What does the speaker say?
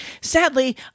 Sadly